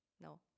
No